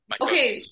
Okay